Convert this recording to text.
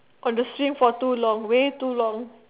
on the swim for too long way too long